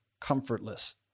comfortless